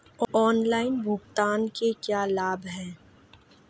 Online भुगतान के क्या लाभ हैं?